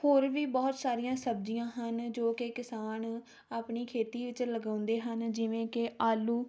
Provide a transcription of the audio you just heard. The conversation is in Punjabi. ਹੋਰ ਵੀ ਬਹੁਤ ਸਾਰੀਆਂ ਸਬਜ਼ੀਆਂ ਹਨ ਜੋ ਕਿ ਕਿਸਾਨ ਆਪਣੀ ਖੇਤੀ ਵਿੱਚ ਲਗਾਉਂਦੇ ਹਨ ਜਿਵੇਂ ਕਿ ਆਲੂ